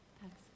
Thanks